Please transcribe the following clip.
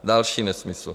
Další nesmysl.